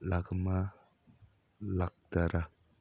ꯂꯥꯛ ꯑꯃ ꯂꯥꯛ ꯇꯔꯥ